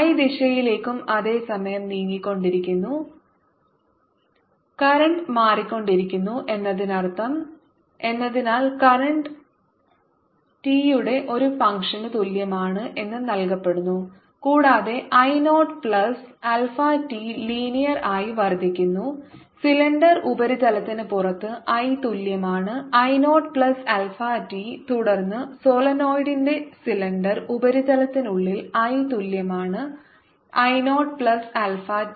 I ദിശയിലേക്കും അതേസമയം നീങ്ങിക്കൊണ്ടിരിക്കുന്നു കറന്റ് മാറിക്കൊണ്ടിരിക്കുന്നു എന്നതിനർത്ഥം എന്നതിനാൽ കറന്റ് ടി യുടെ ഒരു ഫംഗ്ഷന് തുല്യമാണ് എന്ന് നൽകപ്പെടുന്നു കൂടാതെ I naught plus alpha T linear ആയി വർദ്ധിക്കുന്നു സിലിണ്ടർ ഉപരിതലത്തിന് പുറത്ത് I തുല്യമാണ് I naught plus alpha T തുടർന്ന് സോളിനോയിഡിന്റെ സിലിണ്ടർ ഉപരിതലത്തിനുള്ളിൽ I തുല്യമാണ് I naught plus alpha T